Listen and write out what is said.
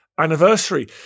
Anniversary